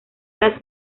las